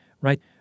right